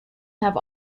have